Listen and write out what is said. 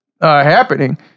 happening